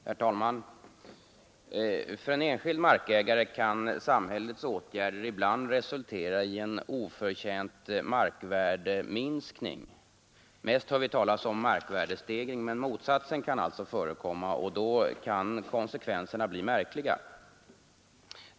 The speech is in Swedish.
Herr talman! För en enskild markägare kan samhällets åtgärder ibland resultera i en oförtjänt markvärdeminskning. Mest hör vi talas om markvärdestegring, men motsatsen kan också förekomma. Och då kan konsekvenserna bli märkliga.